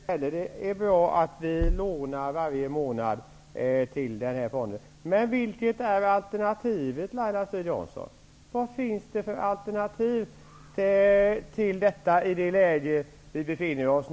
Fru talman! Jag tycker inte heller att det är bra att vi lånar varje månad till fonden. Men vilket är alternativet, Laila Strid-Jansson? Vad finns det för alternativ till detta i det läge vi nu befinner oss i?